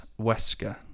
Wesker